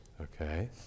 Okay